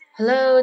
Hello